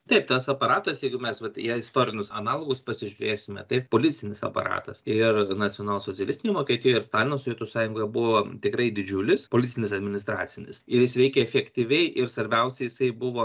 taip tas aparatas jeigu mes vat į istorinius analogus pasižiūrėsime taip policinis aparatas ir nacionalsocialistinėj vokietijoj ir stalino sovietų sąjungoje buvo tikrai didžiulis policinis administracinis ir jis veikė efektyviai ir svarbiausia jisai buvo